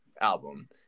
album